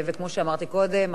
כמו שאמרתי קודם,